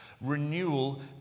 Renewal